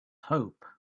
hope